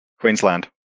Queensland